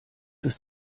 ist